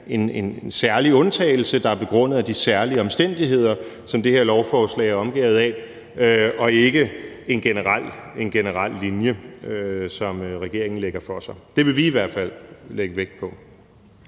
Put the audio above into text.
en særlig undtagelse, der er begrundet i de særlige omstændigheder, som det her lovforslag er omgærdet af, og ikke en generel linje, som regeringen lægger for dagen. Det vil vi i hvert fald lægge vægt på.